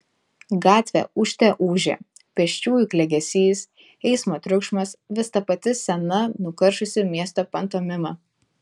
gatvė ūžte ūžė pėsčiųjų klegesys eismo triukšmas vis ta pati sena nukaršusi miesto pantomima